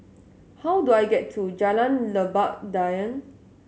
how do I get to Jalan Lebat Daun